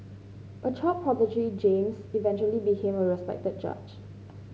a child prodigy James eventually became a respected judge